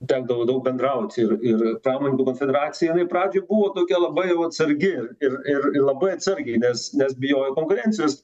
tekdavo daug bendraut ir ir pramoninkų konfederacija jinai pradžioj buvo tokia labai jau atsargi ir ir ir labai atsargiai nes nes bijojo konkurencijos